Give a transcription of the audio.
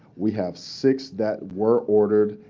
we have six that were ordered,